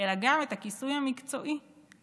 אלא גם את הכיסוי המקצועי המתאים.